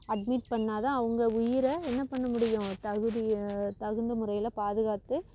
admit பண்ணால் தான் அவங்க உயிரை என்ன பண்ண முடியும் தகுதியை தகுந்த முறையில் பாதுகாத்து